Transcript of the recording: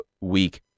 weak